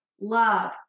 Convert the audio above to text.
love